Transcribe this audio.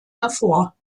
hervor